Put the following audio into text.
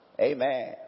Amen